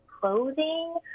clothing